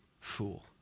fool